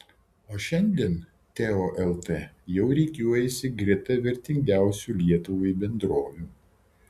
o šiandien teo lt jau rikiuojasi greta vertingiausių lietuvai bendrovių